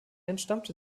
entstammte